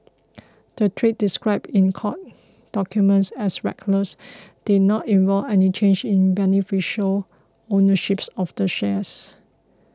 the trades described in court documents as reckless did not involve any change in beneficial ownerships of the shares